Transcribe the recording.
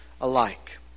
alike